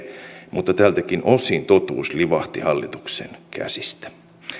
mutta tältäkin osin totuus livahti hallituksen käsistä